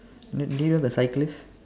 do do you know the cyclist